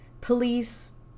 police